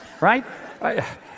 right